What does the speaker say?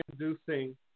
introducing